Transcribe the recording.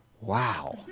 Wow